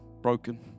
broken